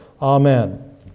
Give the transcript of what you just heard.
Amen